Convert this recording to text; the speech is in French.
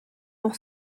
pour